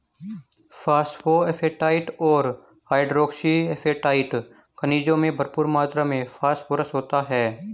phosphoapatite और hydroxyapatite खनिजों में भरपूर मात्र में फोस्फोरस होता है